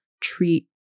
treat